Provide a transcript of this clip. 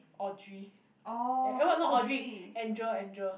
audrey eh what not audrey andrea andrea